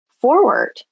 forward